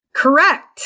correct